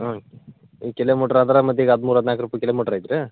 ಹ್ಞೂ ಈಗ ಕಿಲೋಮೀಟ್ರ್ ಆದ್ರೆ ಮತ್ತೆ ಈಗ ಹದಿಮೂರು ಹದಿನಾಲ್ಕು ರುಪ್ ಕಿಲೋಮೀಟ್ರ್ ಐತ್ರೀ